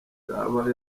zaba